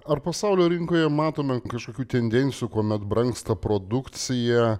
ar pasaulio rinkoje matome kažkokių tendencijų kuomet brangsta produkcija